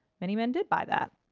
many men did buy that.